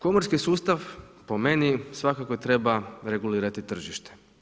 Komorski sustav, po meni, svakako treba regulirati tržište.